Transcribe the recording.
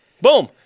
Boom